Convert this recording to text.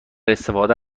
استفاده